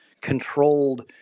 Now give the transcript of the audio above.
controlled